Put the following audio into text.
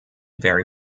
very